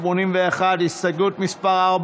81. הסתייגות מס' 4,